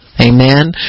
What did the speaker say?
Amen